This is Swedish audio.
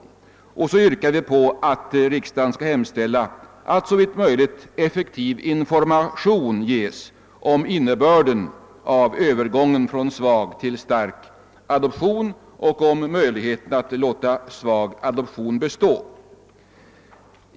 Dessutom yrkar vi att riksdagen skall hemställa att såvitt möjligt effektiv information ges om innebörden av övergången från svag till stark adoption och möjligheterna att låta svag adoption bestå.